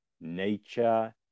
nature